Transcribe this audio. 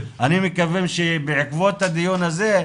אני מקווה שבעקבות הדיון הזה,